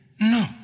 no